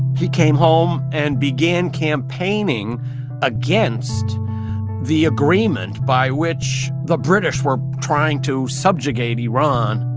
he came home and began campaigning against the agreement by which the british were trying to subjugate iran